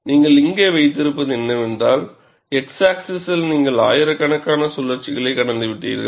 நீங்கள் இங்கே வைத்திருப்பது என்னவென்றால் x ஆக்ஸிஸில் நீங்கள் ஆயிரக்கணக்கான சுழற்சிகளைக் கடந்துவிட்டீர்கள்